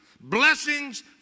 blessings